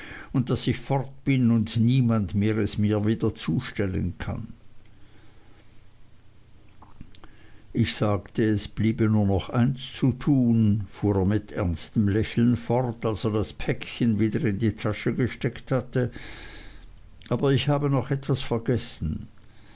und daß ich fort bin und niemand mehr es mir wieder zustellen kann ich sagte es bliebe nur noch eins zu tun fuhr er mit ernstem lächeln fort als er das päckchen wieder in die tasche gesteckt hatte aber ich habe noch etwas vergessen